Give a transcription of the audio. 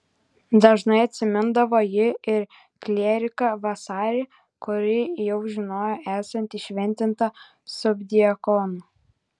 dažnai atsimindavo ji ir klieriką vasarį kurį jau žinojo esant įšventintą subdiakonu